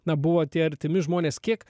na buvo tie artimi žmonės kiek